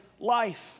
life